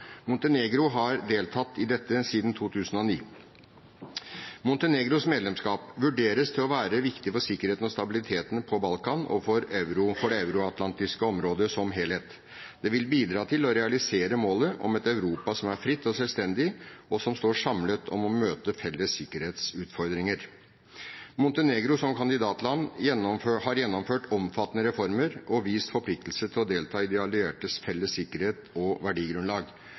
Montenegro har deltatt i dette siden 2009. Montenegros medlemskap vurderes til å være viktig for sikkerheten og stabiliteten på Balkan og for det euroatlantiske området som helhet. Det vil bidra til å realisere målet om et Europa som er fritt og selvstendig, og som står samlet om å møte felles sikkerhetsutfordringer. Montenegro som kandidatland har gjennomført omfattende reformer og vist forpliktelse til å delta i de alliertes felles sikkerhet og verdigrunnlag,